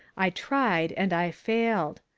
i tried and i failed.